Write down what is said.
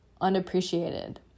unappreciated